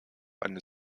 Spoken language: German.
eine